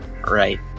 Right